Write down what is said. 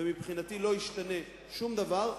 ומבחינתי לא השתנה שום דבר,